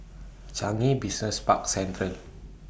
Changi Business Park Central